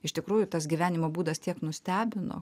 iš tikrųjų tas gyvenimo būdas tiek nustebino